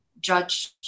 judge